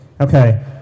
Okay